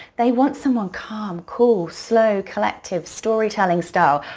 they want someone calm, cool, slow, collective, storytelling style.